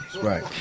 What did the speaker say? Right